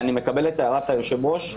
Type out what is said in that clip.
אני מקבל את הערת היושב-ראש.